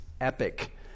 Epic